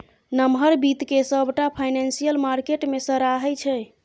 नमहर बित्त केँ सबटा फाइनेंशियल मार्केट मे सराहै छै